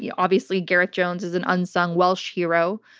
yeah obviously, gareth jones is an unsung welsh hero.